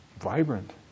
vibrant